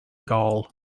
gall